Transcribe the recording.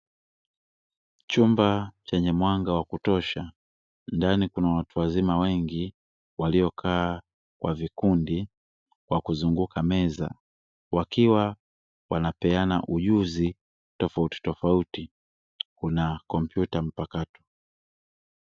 Chumba chenye mwanga wa kutosha ndani kuna watu wazima wengi waliokaa kwa vikundi kwa kuzunguka meza wakiwa wanapeana ujuzi tofautitofauti. Kuna kompyuta mpakato.